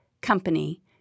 company